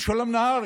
משולם נהרי